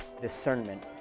discernment